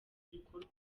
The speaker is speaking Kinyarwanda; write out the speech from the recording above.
ibikorwa